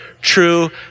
true